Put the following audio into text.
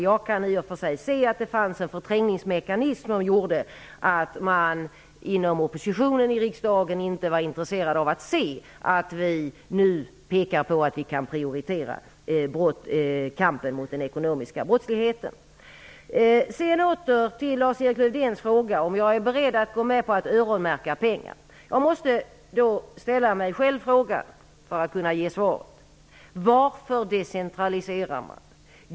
Jag kan i och för sig se att det finns en förträngningsmekanism inom oppositionen i riksdagen som gör att man inte är intresserad av att se att vi nu pekar på att vi kan prioritera kampen mot den ekonomiska brottsligheten. Åter till Lars-Erik Lövdéns fråga om jag är beredd att gå med på att öronmärka pengar. För att kunna ge svar måste jag måste själv ställa mig frågan varför man decentraliserar.